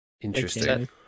interesting